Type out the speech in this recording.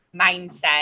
mindset